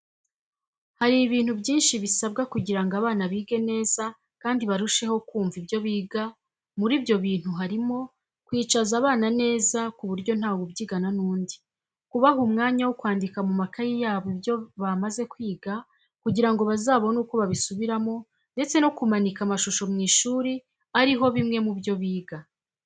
Hari ibintu byinshi bisabwa, kugirango abana bige neza kandi barusheho kunva ibyo biga. Muribyo bintu harimo: kwicaza abana neza kuburyo ntawe ubyigana nundi, kubaha umwanya wokwandika mumakayi yabo ibyo bamaze kwiga kugirango bazabone uko babisubiramo ndetse no kumanika amashusho mwishuli ariho bimwe mubyo biga.